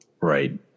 Right